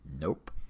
nope